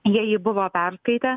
jie jį buvo perkaitę